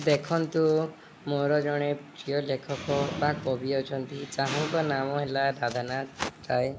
ଦେଖନ୍ତୁ ମୋର ଜଣେ ପ୍ରିୟ ଲେଖକ ବା କବି ଅଛନ୍ତି ଜାହାଙ୍କ ନାମ ହେଲା ରାଧାନାଥ ରାଏ